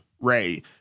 ray